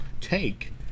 take